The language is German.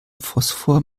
phosphor